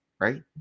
Right